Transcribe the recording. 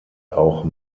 auch